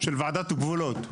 של ועדת גבולות.